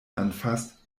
anfasst